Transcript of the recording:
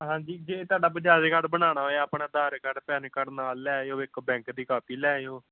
ਹਾਂਜੀ ਜੇ ਤੁਹਾਡਾ ਬਜਾਜ ਕਾਰਡ ਬਣਾਉਣਾ ਹੋਇਆ ਆਪਣਾ ਆਧਾਰ ਕਾਰਡ ਪੈਨ ਕਾਰਡ ਨਾਲ ਲੈ ਆਇਓ ਇੱਕ ਬੈਂਕ ਦੀ ਕਾਪੀ ਲੈ ਆਇਓ